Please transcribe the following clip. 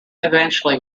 eventually